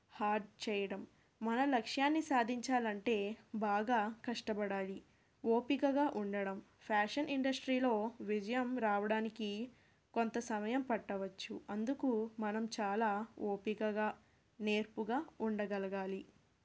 hard చేయడం మన లక్ష్యాన్ని సాధించాలంటే బాగా కష్టపడాలి ఓపికగా ఉండడం ఫ్యాషన్ ఇండస్ట్రీలో విజయం రావడానికి కొంత సమయం పట్టవచ్చు అందుకు మనం చాలా ఓపికగా నేర్పుగా ఉండగలగాలి